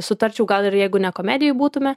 sutarčiau gal ir jeigu ne komedijoj būtume